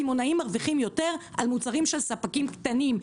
הקמעונאים מרוויחים יותר על מוצרים של ספקים קטנים,